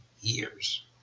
years